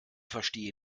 verstehe